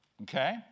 Okay